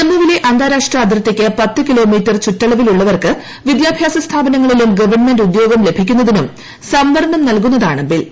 ജമ്മുവിലെ അന്താരാഷ്ട അതിർത്തിക്ക് പത്ത് കിലോമീറ്റർ ചുറ്റളവിലുളളവർക്ക് വിദ്യാഭ്യാസ സ്ഥാപനങ്ങളിലും ഗവൺമെന്റ് ഉദ്യോഗം ലഭിക്കുന്നതിനും സംവരണം നൽകുന്നതാണ് ബില്ല്